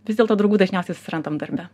vis dėlto draugų dažniausiai susirandam darbe